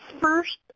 first